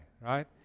right